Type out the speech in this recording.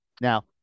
Now